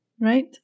right